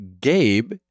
Gabe